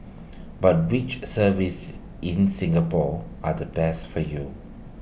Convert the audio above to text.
but which services in Singapore are the best for you